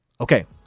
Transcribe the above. Okay